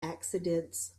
accidents